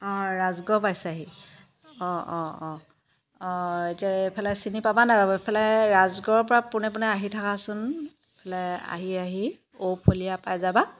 অঁ ৰাজগড় পাইছাহি অঁ অঁ অঁ অঁ এতিয়া এইফালে চিনি পাবা নাই বাৰু এইফালে ৰাজগড়ৰ পৰা পোনে পোনে আহি থাকাচোন এইফালে আহি আহি ঔফুলীয়া পাই যাবা